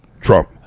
Trump